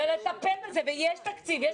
יהיה תקציב.